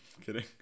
Kidding